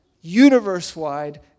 universe-wide